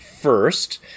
first